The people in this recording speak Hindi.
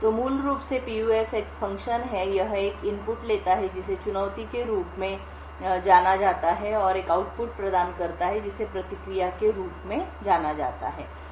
तो मूल रूप से एक PUF एक फ़ंक्शन है यह एक इनपुट लेता है जिसे चुनौती के रूप में जाना जाता है और एक आउटपुट प्रदान करता है जिसे प्रतिक्रिया के रूप में जाना जाता है